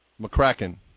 McCracken